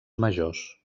majors